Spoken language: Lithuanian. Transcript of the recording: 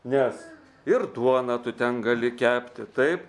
nes ir duoną tu ten gali kepti taip